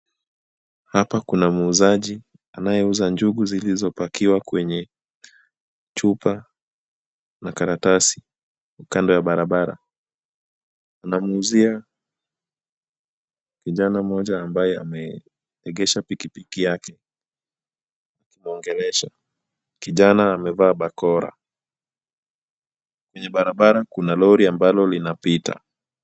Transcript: Hapa kuna muuzaji anayeuza njugu zilizopakiwa kwenye chupa na karatasi kando ya barabara. Anamuuzia kijana mmoja ambaye ameegesha piki piki yake akimwongelesha. Kijana amevaa barakoa. Kwenye barabara kuna lori ambalo linapita.